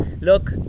look